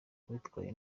witwaye